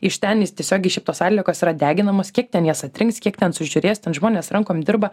iš ten jis tiesiog iš šitos atliekos yra deginamos kiek ten jas atrinks kiek ten sužiūrės ten žmonės rankom dirba